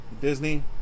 Disney